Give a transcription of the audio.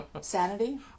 sanity